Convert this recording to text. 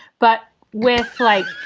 but with like,